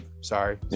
sorry